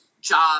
job